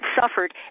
suffered